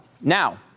Now